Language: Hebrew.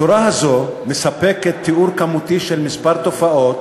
התורה הזאת מספקת תיאור כמותי של כמה תופעות